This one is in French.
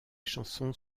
chansons